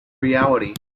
reality